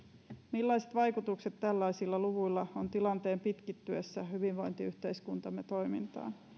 millaiset vaikutukset tällaisilla luvuilla on tilanteen pitkittyessä hyvinvointiyhteiskuntamme toimintaan